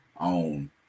own